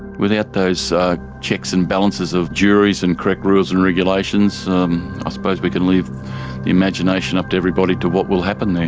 without those checks and balances of juries and correct rules and regulations i um ah suppose we can leave the imagination up to everybody to what will happen there.